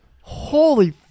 Holy